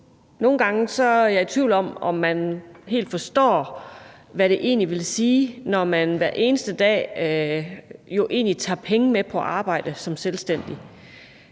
nogle gange er jeg i tvivl om, om man helt forstår, hvad det egentlig vil sige, når man hver eneste dag tager penge med på arbejde som selvstændig.